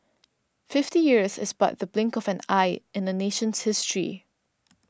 fifty years is but the blink of an eye in a nation's history